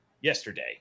yesterday